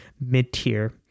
mid-tier